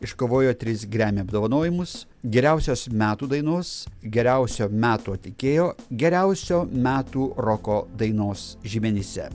iškovojo tris gramy apdovanojimus geriausios metų dainos geriausio metų atlikėjo geriausio metų roko dainos žymenyse